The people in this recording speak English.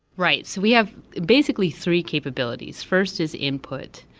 right. so we have, basically, three capabilities. first is input.